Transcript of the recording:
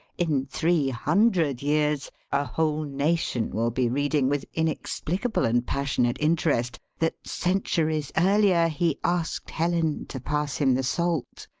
in three hundred years a whole nation will be reading with inexplicable and passionate interest that centuries earlier he asked helen to pass him the salt,